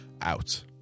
out